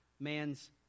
Man's